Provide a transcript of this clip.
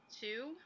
two